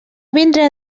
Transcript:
vindré